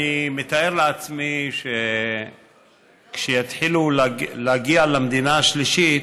אני מתאר לעצמי שכשהם יתחילו להגיע למדינה השלישית